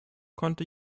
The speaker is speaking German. konnte